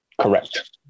Correct